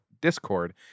Discord